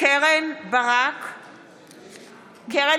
(קוראת בשם חברת הכנסת) קרן